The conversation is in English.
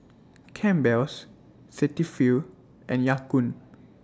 Campbell's Cetaphil and Ya Kun